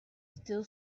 still